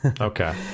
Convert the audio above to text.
Okay